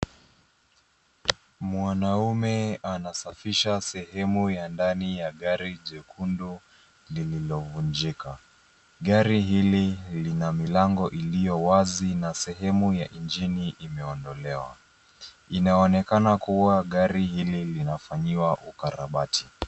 Mwanaume anasafisha sehemu ya ndani ya gari jekundu lililovunjika. Gari hili lina milango iliyowazi na sehemu ya injini imeondolewa. Inaonekana kuwa gari hili linafanyiwa ukarabati.